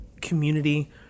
community